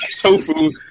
Tofu